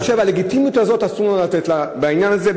את הלגיטימיות הזאת אסור לנו לתת בעניין הזה.